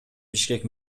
бишкек